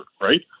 right